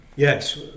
Yes